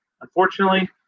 Unfortunately